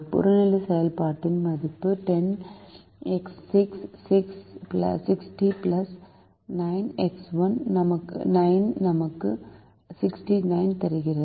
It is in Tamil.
புறநிலை செயல்பாட்டின் மதிப்பு 10 x 6 60 9 நமக்கு 69 தருகிறது